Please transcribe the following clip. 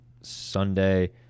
sunday